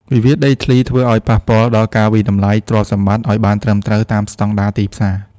វិវាទដីធ្លីធ្វើឱ្យប៉ះពាល់ដល់ការវាយតម្លៃទ្រព្យសម្បត្តិ ឱ្យបានត្រឹមត្រូវតាមស្ដង់ដារទីផ្សារ។